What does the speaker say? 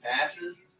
passes